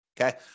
Okay